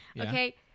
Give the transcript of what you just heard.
Okay